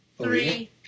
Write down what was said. Three